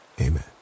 Amen